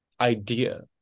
idea